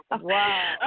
Wow